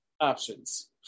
options